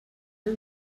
ens